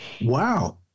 Wow